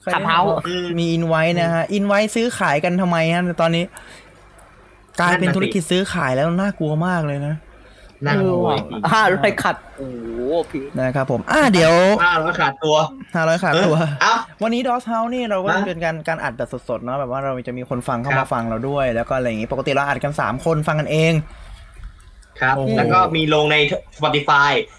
ขัดเท้าไม่ได้เหรอ?อืมมี invite นะฮะ invite ซื้อขายกันทำไมฮะ? ตอนนี้กลายนั่นน่ะสิเป็นธุรกิจซื้อขายแล้ว น่ากลัวมากเลยนะน่ากลัวจริงๆโอ้โห500 ขัด โอ้โหพี่นะครับผมอ่าเดี๋ยว500 ขาดตัว500 ขาดตัวเอ้ยเอ้าวันนี้ดอสเฮ้าส์นี่เราก็ฮะ?เป็นการ- การอัดแบบสดๆเนอะ แบบว่าเราจะมีคนฟังเข้ามาครับฟังเราด้วย แล้วก็อะไรอย่างงี้ ปกติเราอัดกันสามคนฟังกันเองครับแล้วก็โอ้โหมีลงใน Spotify